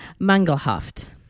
Mangelhaft